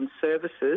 services